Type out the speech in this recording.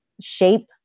shape